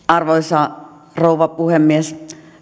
arvoisa rouva puhemies